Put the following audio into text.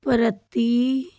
ਪ੍ਰਤੀ